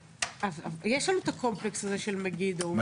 יש לנו את הקומפלקס של מגידו.